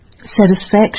satisfaction